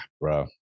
bro